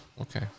Okay